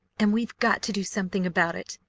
and we've got to do something about it!